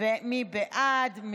מי בעד?